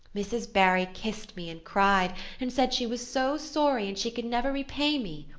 mrs. barry kissed me and cried and said she was so sorry and she could never repay me.